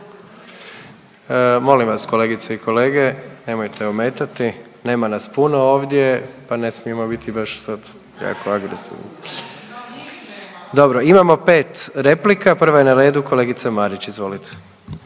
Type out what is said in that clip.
Molim vas kolegice i kolege, nemojte ometati. Nema nas puno ovdje, pa ne smijemo biti baš sad jako agresivni. …/Upadica sa strane, ne razumije se./… Dobro, imamo pet replika. Prva je na redu kolegica Marić, izvolite.